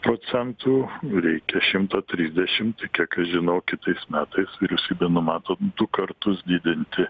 procentų reikia šimto trisdešimt kiek aš žinau kitais metais vyriausybė numato du kartus didinti